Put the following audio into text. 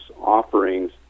offerings